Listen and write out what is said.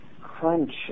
crunch